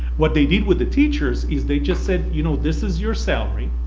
what they did with the teachers is they just said you know this is your salary,